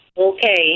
Okay